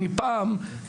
אני פעם,